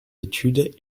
études